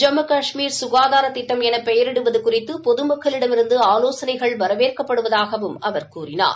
ஜம்மு கஷ்மீர் ககாதார திட்டம் என பெயரிடுவது குறித்து பொதுமக்களிடமிருந்து ஆலோசனைகள் வரவேற்கப்படுவதாகவும் அவர் கூறினார்